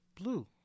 Blue